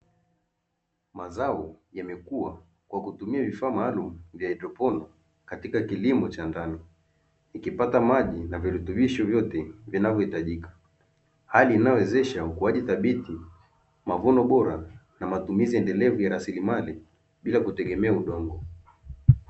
Mazao yamekua kwa kutumia vifaa maalumu vya haidroponi katika kilimo cha ndani, ikipata maji na virutubisho vyote vinavyohitajika. Hali inayowezesha ukuaji thabiti, mavuno bora na matumizi endelevu ya rasilimali bila kutegemea udongo.